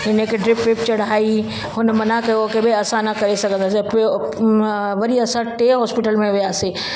इनखे ड्रिप विप चढ़ाई हुन मना कयो कि भाई असां न करे सघंदासे वरी असां टे हॉस्पिटल में वियासीं